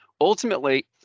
ultimately